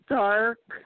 dark